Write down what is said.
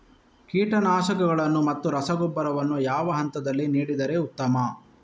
ಕೀಟನಾಶಕಗಳನ್ನು ಮತ್ತು ರಸಗೊಬ್ಬರವನ್ನು ಯಾವ ಹಂತದಲ್ಲಿ ನೀಡಿದರೆ ಉತ್ತಮ?